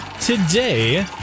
today